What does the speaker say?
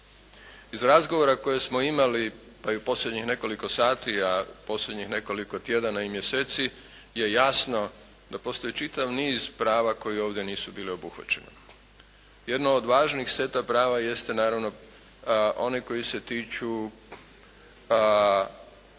Iz razgovora koje smo imali pa i u posljednjih nekoliko sati, a posljednjih nekoliko tjedana i mjeseci je jasno da postoji čitav niz prava koja ovdje nisu bila obuhvaćena. Jedna od važnih seta prava jeste naravno ona koja se tiču